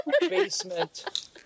basement